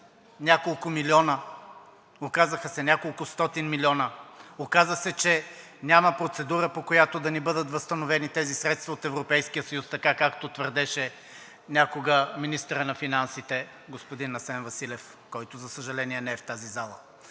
няколко милиона, оказаха се няколко стотин милиона. Оказа се, че няма процедура, по която да ни бъдат възстановени тези средства от Европейския съюз, така както твърдеше някога министърът на финансите господин Асен Василев, който, за съжаление, не е в тази зала.